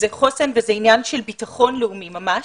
זה חוסן וזה עניין של ביטחון לאומי ממש.